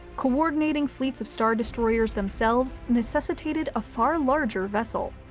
coordinating fleets of star destroyers themselves necessitated a far larger vessel.